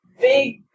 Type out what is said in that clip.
big